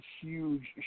huge